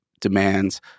demands